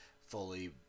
fully